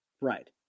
Right